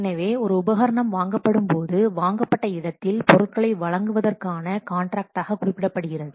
எனவே ஒரு உபகரணம் வாங்கப்படும் போது வாங்கப்பட்ட இடத்தில் பொருட்களை வழங்குவதற்கான காண்ட்ராக்ட் ஆக குறிப்பிடப்படுகிறது